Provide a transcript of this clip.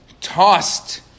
tossed